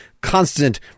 constant